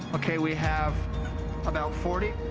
okay, we have about forty.